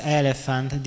elephant